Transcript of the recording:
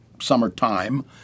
summertime